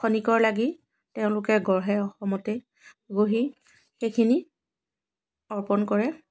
খনিকৰ লাগি তেওঁলোকে গঢ়ে অসমতেই গঢ়ি সেইখিনি অৰ্পণ কৰে